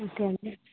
okay అండి